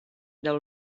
del